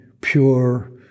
pure